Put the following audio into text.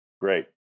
Great